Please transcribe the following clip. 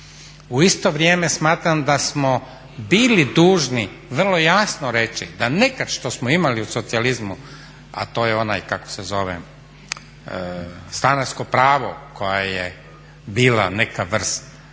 U isto vrijeme smatram da smo bili dužni vrlo jasno reći da nekad što smo imali u socijalizmu a to je ono stanarsko pravo koje je bilo neka vrst